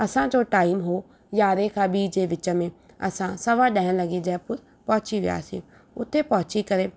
असांजो टाइम हो यारहें खां ॿीं जे विच में असां सवा ॾहें लॻे जयपुर पहोची वियासीं उते पहुची करे